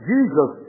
Jesus